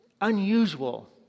unusual